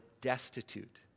destitute